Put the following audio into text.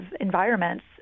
environments